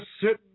sitting